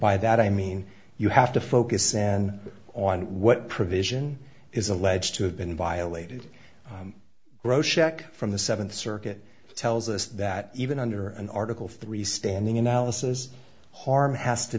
by that i mean you have to focus then on what provision is alleged to have been violated bro shock from the seventh circuit tells us that even under an article three standing analysis harm has to